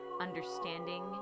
understanding